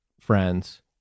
friends